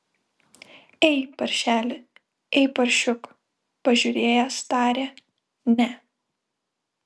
ei paršeli ei paršiuk pažiūrėjęs tarė ne